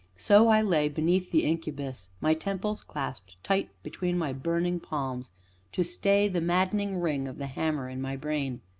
so i lay beneath the incubus, my temples clasped tight between my burning palms to stay the maddening ring of the hammer in my brain.